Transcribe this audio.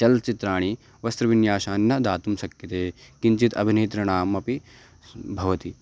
चलचित्राणि वस्त्रविन्यासान् न दातुं शक्यते किञ्चिद् अभिनेतृणाम् अपि भवति